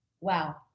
Wow